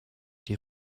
die